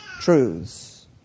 truths